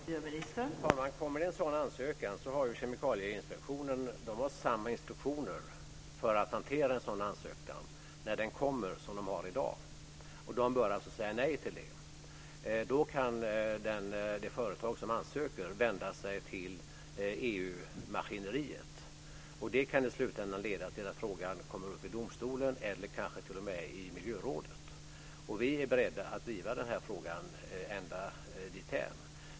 Fru talman! Om det kommer en sådan ansökan har Kemikalieinspektionen samma instruktioner för att hantera den som de har i dag. De bör alltså säga nej till den. Då kan det företag som ansöker vända sig till EU-maskineriet, och det kan i slutändan leda till att frågan kommer upp i domstolen eller kanske t.o.m. i miljörådet. Vi är beredda att driva den här frågan ända dithän.